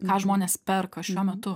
ką žmonės perka šiuo metu